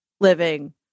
living